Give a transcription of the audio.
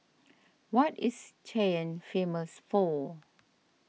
what is Cayenne famous for